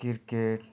cricket